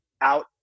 out